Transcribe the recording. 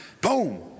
boom